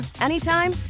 anytime